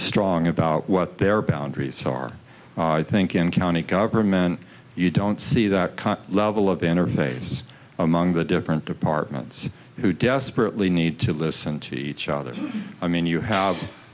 strong about what their boundaries are think in county government you don't see that kind level of energy base among the different departments who desperately need to listen to each other i mean you have